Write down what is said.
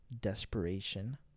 desperation